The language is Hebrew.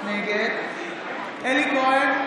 נגד אלי כהן,